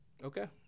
Okay